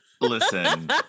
Listen